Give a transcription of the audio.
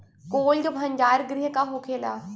Cold भण्डार गृह का होखेला?